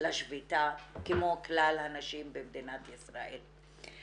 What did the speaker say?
לשביתה כמו כלל הנשים במדינת ישראל.